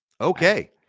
Okay